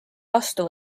vastu